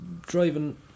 driving